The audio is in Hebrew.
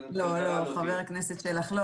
חבר הכנסת שלח, לא.